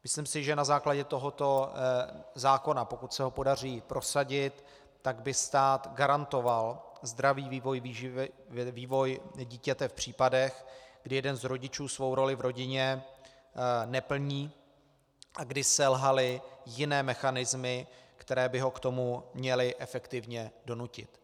Myslím si, že na základě tohoto zákona, pokud se ho podaří prosadit, by stát garantoval zdravý vývoj dítěte v případech, kdy jeden z rodičů svou roli v rodině neplní a kdy selhaly jiné mechanismy, které by ho k tomu měly efektivně donutit.